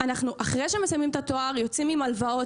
אנחנו אחרי שמסיימים את התואר יוצאים עם הלוואות.